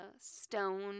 stone